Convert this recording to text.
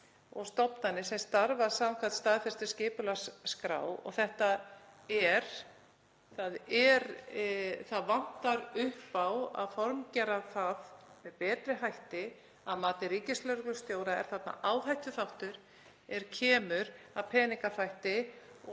stofnanir sem starfa samkvæmt staðfestri skipulagsskrá og það vantar upp á að formgera þetta með betri hætti. Að mati ríkislögreglustjóra er þarna áhættuþáttur er kemur að peningaþvætti og